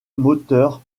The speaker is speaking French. moteur